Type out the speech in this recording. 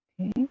okay